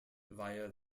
via